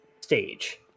stage